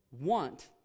want